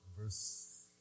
verse